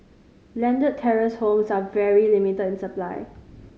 landed terrace homes are very limited in supply